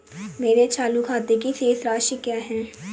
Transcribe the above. मेरे चालू खाते की शेष राशि क्या है?